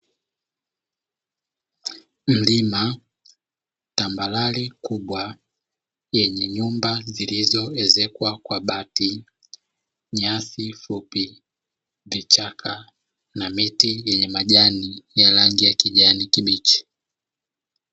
Mlima, tambarare kubwa yenye nyumba zilizoezekwa kwa bati, nyasi fupi, vichaka na miti yenye majani ya rangi ya kijani kibichi.